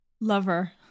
lover